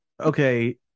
okay